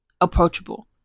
approachable